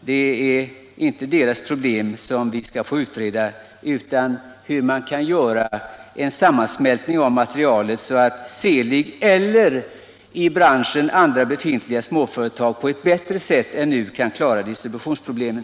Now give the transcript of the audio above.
Det är inte deras problem som vi skall utreda, utan det är hur man kan göra en sammanställning av materialet för att Seelig eller andra i branschen befintliga småföreiag på ett bättre sätt än nu skall kunna klara distributionsproblemen.